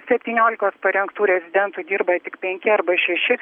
septyniolikos parengtų rezidentų dirba tik penki arba šeši